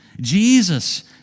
Jesus